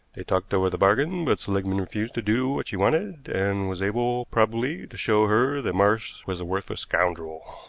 they talked over the bargain, but seligmann refused to do what she wanted, and was able, probably, to show her that marsh was a worthless scoundrel.